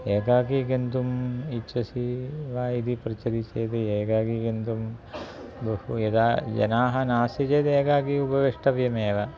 एकाकी गन्तुम् इच्छसि वा इति पृच्छति चेत् एकाकी गन्तुं बहु यदा जनाः नास्ति चेत् एकाकी उपवेष्टव्यमेव